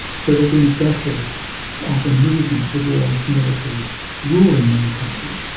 so there'd been a decade of a movement towards military rule in many countries,